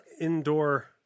indoor